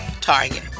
Target